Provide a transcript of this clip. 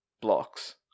blocks